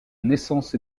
naissance